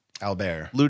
Albert